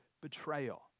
betrayal